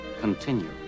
continue